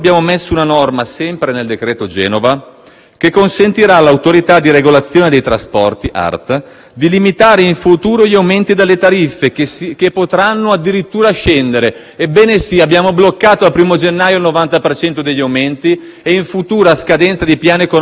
che consentirà all'Autorità di regolazione dei trasporti (ART) di limitare in futuro gli aumenti delle tariffe che potranno addirittura scendere. Ebbene sì: abbiamo bloccato al primo gennaio il 90 per cento degli aumenti e in futuro, alla scadenza del piano economico-finanziario regolatore quinquennale,